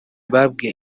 babwiye